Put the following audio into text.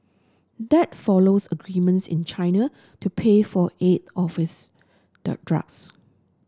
that follows agreements in China to pay for eight of its the drugs